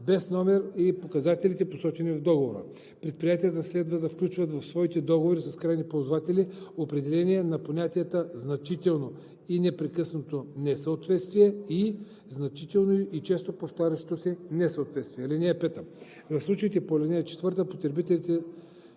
без номер, и показателите, посочени в договора. Предприятията следва да включат в своите договори с крайните ползватели определения на понятията „значително и непрекъснато несъответствие“ и „значително и често повтарящо се несъответствие“. (5) В случаите по ал. 4 потребителят